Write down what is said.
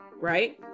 right